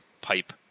pipe